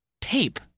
tape